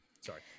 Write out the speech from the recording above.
Sorry